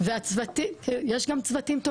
יכולה להיות מטפלת שעברה דבר מאוד מאוד